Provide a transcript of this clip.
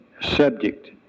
subject